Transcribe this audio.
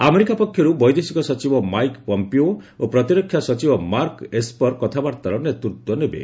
America ପକ୍ଷରୁ ବୈଦେଶିକ ସଚିବ ମାଇକ୍ ପମ୍ପିଓ ଓ ପ୍ରତିରକ୍ଷା ସଚିବ ମାର୍କ ଏସ୍ପର୍ କଥାବାର୍ତ୍ତାର ନେତୃତ୍ୱ ନେବେ